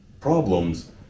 problems